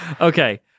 Okay